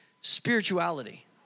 Spirituality